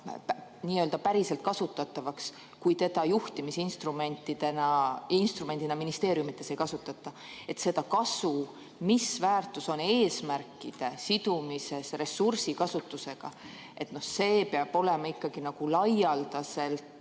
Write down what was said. nii-öelda päriselt kasutatavaks, kui seda juhtimisinstrumendina ministeeriumides ei kasutata. See kasu, mis väärtus on eesmärkide sidumisel ressursikasutusega, peab olema laialdaselt